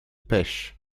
pêchent